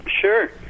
Sure